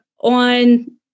on